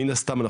מן הסתם,